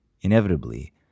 Inevitably